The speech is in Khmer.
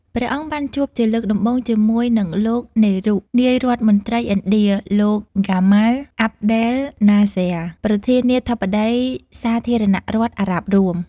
ព្រះអង្គបានជួបជាលើកដំបូងជាមួយនឹងលោក នេរុ នាយរដ្ឋមន្រ្តីឥណ្ឌា លោក ហ្គាម៉ាល់ អាប់ ដែល ណាស្ស៊ែរ ប្រធានាធិបតីសាធារណរដ្ឋអារ៉ាប់រួម។